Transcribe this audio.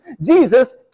Jesus